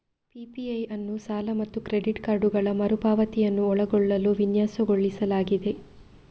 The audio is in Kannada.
ಪಿ.ಪಿ.ಐ ಅನ್ನು ಸಾಲ ಮತ್ತು ಕ್ರೆಡಿಟ್ ಕಾರ್ಡುಗಳ ಮರು ಪಾವತಿಯನ್ನು ಒಳಗೊಳ್ಳಲು ವಿನ್ಯಾಸಗೊಳಿಸಲಾಗಿದೆ